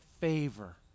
favor